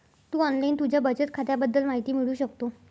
तू online तुझ्या बचत खात्याबद्दल माहिती मिळवू शकतो